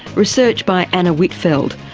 research by anna whitfeld,